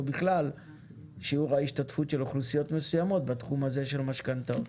בכלל שיעור ההשתתפות של אוכלוסיות מסויימות בתחום הזה של משכנתאות.